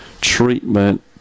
treatment